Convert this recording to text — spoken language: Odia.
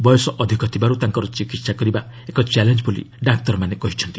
ବୟସ ଅଧିକ ଥିବାରୁ ତାଙ୍କର ଚିକିତ୍ସା କରିବା ଏକ ଚ୍ୟାଲେଞ୍ଜ ବୋଲି ଡାକ୍ତରମାନେ କହୁଛନ୍ତି